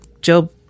Job